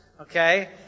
okay